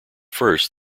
first